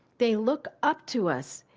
they look up to us.